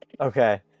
Okay